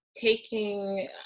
taking